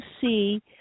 see